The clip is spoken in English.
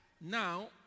Now